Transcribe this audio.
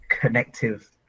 connective